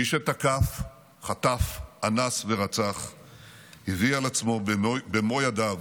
מי שתקף, חטף, אנס ורצח הביא על עצמו במו ידיו